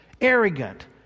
arrogant